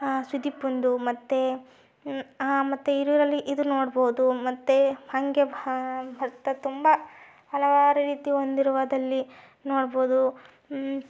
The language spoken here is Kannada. ಸುದೀಪಂದು ಮತ್ತೆ ಹಾನ್ ಮತ್ತೆ ಹಿರಿಯೂರಲ್ಲಿ ಇದು ನೋಡ್ಬೋದು ಮತ್ತೆ ಹಾಗೆ ಬರ್ತಾ ತುಂಬ ಹಲವಾರು ರೀತಿ ಹೊಂದಿರುವುದಲ್ಲಿ ನೋಡ್ಬೋದು